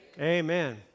Amen